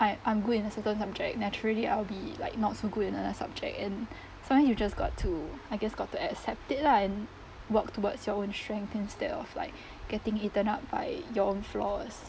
I I'm good in a certain subject naturally I'll be like not so good in another subject and sometimes you just got to I guess got to accept it lah and work towards your own strength instead of like getting eaten up by your own flaws